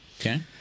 Okay